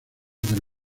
del